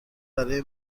برای